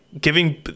giving